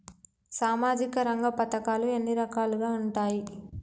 సామాజిక రంగ పథకాలు ఎన్ని రకాలుగా ఉంటాయి?